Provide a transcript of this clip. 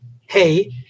hey